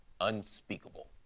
unspeakable